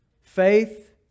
faith